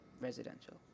Residential